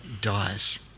dies